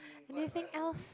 anything else